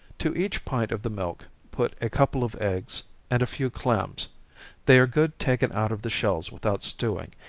to each pint of the milk, put a couple of eggs, and a few clams they are good taken out of the shells without stewing,